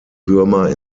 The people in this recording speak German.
würmer